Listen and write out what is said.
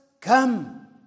come